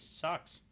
sucks